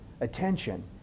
attention